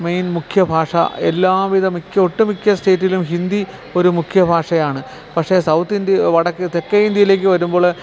main മുഖ്യഭാഷ എല്ലാവിധ ഒട്ടുമിക്ക സ്റ്റേറ്റിലും ഹിന്ദി ഒരു മുഖ്യഭാഷയാണ് പക്ഷേ സൌത്ത് ഇന്ത്യ തെക്കേ ഇന്ത്യയിലേക്ക് വരുമ്പോള്